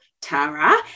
tara